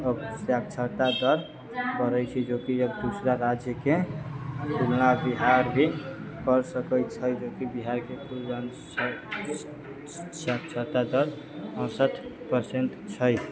आब साक्षरता दर बढ़ै छै जोकि अब दओसरा राज्यके तुलना बिहार भी करि सकै छै जोकि बिहारके कुल जनसंख्याके साक्षरता दर अरसठि पर्सेन्ट छै